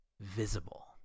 visible